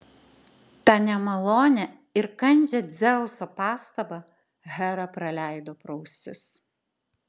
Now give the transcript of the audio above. tą nemalonią ir kandžią dzeuso pastabą hera praleido pro ausis